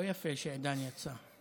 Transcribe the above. לא יפה שעידן יצא.